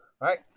right